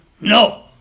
No